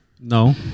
No